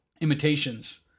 Imitations